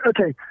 okay